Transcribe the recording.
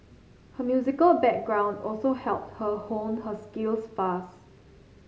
her musical background also helped her hone her skills fast